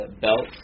belt